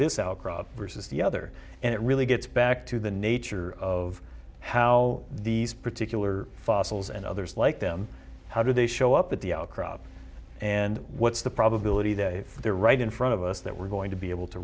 this outcrop versus the other and it really gets back to the nature of how these particular fossils and others like them how do they show up at the crop and what's the probability that if they're right in front of us that we're going to be able to